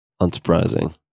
unsurprising